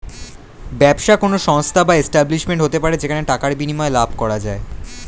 ব্যবসা কোন সংস্থা বা এস্টাব্লিশমেন্ট হতে পারে যেখানে টাকার বিনিময়ে লাভ করা যায়